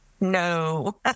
No